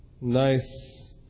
nice